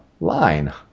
line